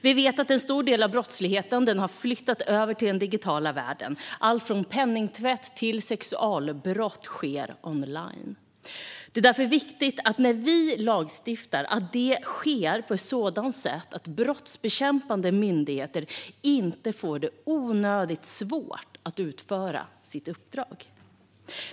Vi vet att en stor del av brottsligheten har flyttat över till den digitala världen. Allt från penningtvätt till sexualbrott sker online. Det är därför viktigt när vi lagstiftar att det sker på ett sådant sätt att brottsbekämpande myndigheter inte får det onödigt svårt att utföra sitt uppdrag.